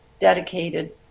dedicated